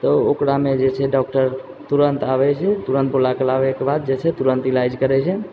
तऽ ओकरामे जे छै डॉक्टर तुरन्त आबै छै तुरन्त बुलाकऽ लाबैके बाद जे छै तुरन्त इलाज करै छै